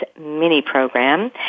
mini-program